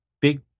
big